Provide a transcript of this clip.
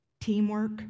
teamwork